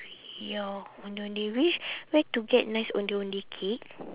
ya ondeh ondeh which where to get nice ondeh ondeh cake